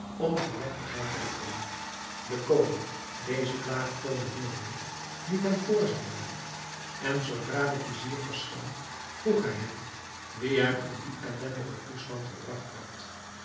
om geregtigheid te roepen de koning deze klaagtoonen hoorende liet hem voor zich brengen en zoodra de vizier verscheen vroeg hij hem wie hem in dien ellendigen toestand gebragt had